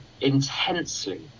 intensely